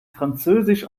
französisch